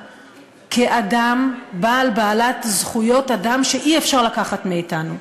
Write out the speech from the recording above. כאדם בעל או בעלת זכויות אדם שאי-אפשר לקחת מאתנו.